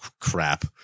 crap